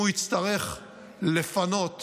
אם הוא יצטרך לפנות